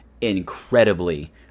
incredibly